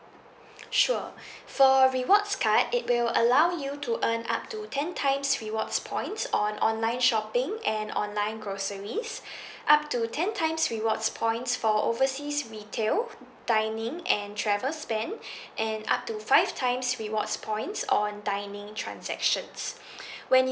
sure for rewards card it will allow you to earn up to ten times rewards points on online shopping and online groceries up to ten times rewards points for overseas retail dining and travel spend and up to five times rewards points on dining transactions when